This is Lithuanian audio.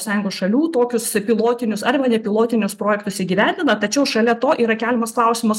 sąjungos šalių tokius pilotinius arba nepilotinius projektus įgyvendina tačiau šalia to yra keliamas klausimas